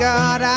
God